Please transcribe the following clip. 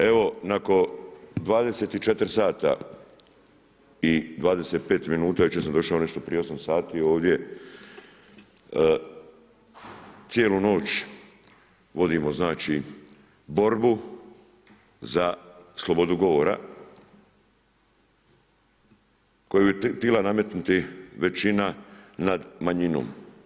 Evo, nakon 24 sati i 25 minuta, jučer sam došao nešto prije 8 sati ovdje, cijelu noć vodimo znači borbu za slobodu govora koju je htjela nametnuti većina nad manjinom.